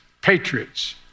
patriots